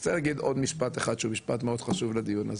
אני רוצה להגיד עוד משפט אחד שהוא משפט מאוד חשוב לדיון הזה,